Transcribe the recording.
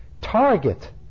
target